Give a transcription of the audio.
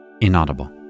Inaudible